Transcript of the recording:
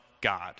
God